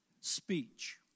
speech